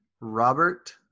Robert